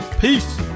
Peace